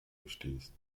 verstehst